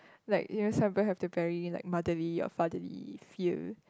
like you know some people have the very like motherly or fatherly feel